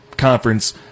conference